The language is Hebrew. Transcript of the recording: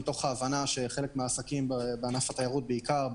מתוך ההבנה שחלק מהעסקים בענף התיירות בעיקר,